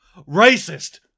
Racist